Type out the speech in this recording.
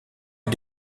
est